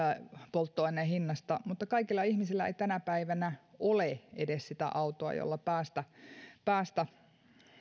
polttoaineen hinnasta mutta kaikilla ihmisillä ei tänä päivänä ole edes sitä autoa jolla päästä päästä